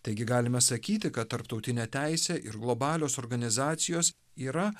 taigi galime sakyti kad tarptautinė teisė ir globalios organizacijos yra